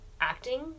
acting